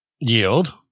Yield